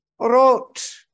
wrote